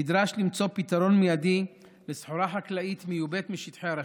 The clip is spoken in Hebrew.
נדרש למצוא פתרון מיידי לסחורה חקלאית מיובאת משטחי הרשות.